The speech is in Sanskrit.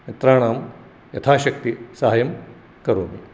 मित्राणां यथाशक्ति साहाय्यं करोमि